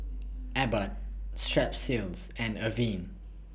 Abbott Strepsils and Avene